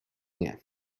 nie